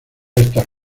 estas